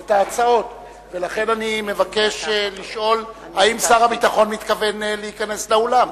את ההצעות ולכן אני מבקש לשאול האם שר הביטחון מתכוון להיכנס לאולם.